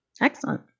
Excellent